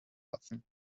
lassen